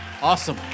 awesome